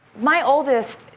my oldest,